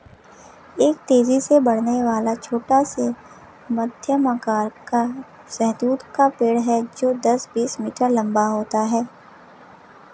एक तेजी से बढ़ने वाला, छोटा से मध्यम आकार का शहतूत का पेड़ है जो दस, बीस मीटर लंबा होता है